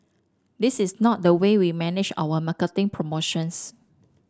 this is not the way we manage our marketing promotions